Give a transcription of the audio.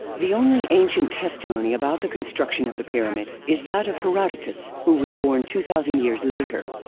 the only ancient testimony about the construction of the pyramid is that of herodotus who was born two thousand years later.